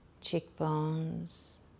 cheekbones